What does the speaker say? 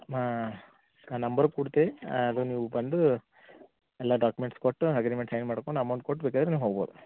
ಹಾಂ ನಾ ನಂಬರ್ ಕೊಡ್ತೆ ಅದು ನೀವು ಬಂದು ಎಲ್ಲ ಡಾಕ್ಯುಮೆಂಟ್ಸ್ ಕೊಟ್ಟು ಅಗ್ರಿಮೆಂಟ್ ಸೈನ್ ಮಾಡ್ಕೊಂಡು ಅಮೌಂಟ್ ಕೊಟ್ಟು ಬೇಕಾದ್ರೆ ನೀವು ಹೋಗ್ಬೋದು